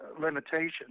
limitations